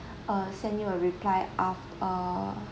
uh send you a reply af~ a